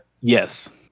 Yes